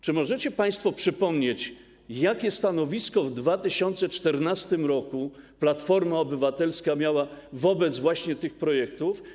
Czy możecie państwo przypomnieć, jakie stanowisko w 2014 r. Platforma Obywatelska miała wobec właśnie tych projektów?